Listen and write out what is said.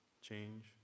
change